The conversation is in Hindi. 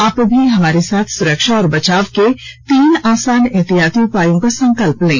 आप भी हमारे साथ सुरक्षा और बचाव के तीन आसान एहतियाती उपायों का संकल्प लें